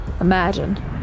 Imagine